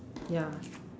ya